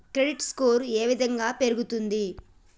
Credit score ఏ విధంగా పెరుగుతుంది?